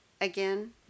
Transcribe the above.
again